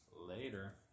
Later